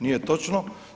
Nije točno.